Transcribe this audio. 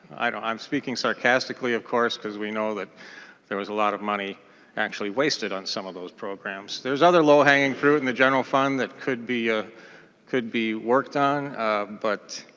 i'm speaking sarcastically of course because we know that there was a lot of money actually wasted on some of those programs. his other low hanging fruit in the general fund that could be ah could be worked on but